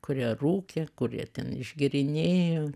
kurie rūkė kurie ten išgėrinėjo